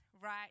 right